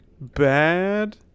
bad